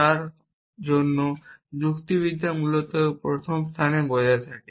যার জন্য যুক্তিবিদ্যা মূলত প্রথম স্থানে বজায় থাকে